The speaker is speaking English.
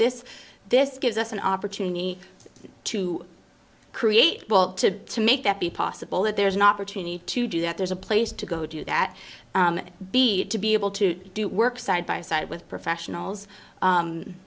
this this gives us an opportunity to create well to to make that be possible that there's an opportunity to do that there's a place to go do that be to be able to do work side by side with professionals